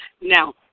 Now